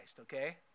okay